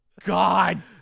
God